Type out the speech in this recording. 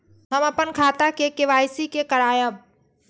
हम अपन खाता के के.वाई.सी के करायब?